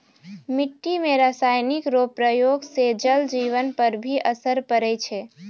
मिट्टी मे रासायनिक रो प्रयोग से जल जिवन पर भी असर पड़ै छै